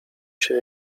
się